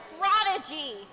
prodigy